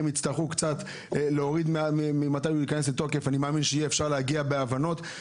אני מאמין שאפשר יהיה להגיע להבנות.